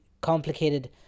complicated